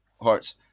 Hearts